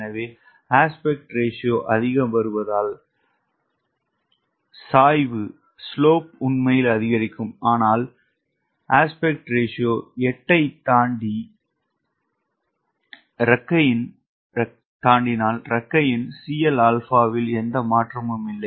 எனவே விகித விகிதம் அதிகரித்து வருவதால் சாய்வு உண்மையில் அதிகரிக்கும் ஆனால் விகித விகிதம் 8 ஐத் தாண்டி இறக்கையின் 𝐶Lα இல் எந்த மாற்றமும் இல்லை